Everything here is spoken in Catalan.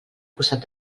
costat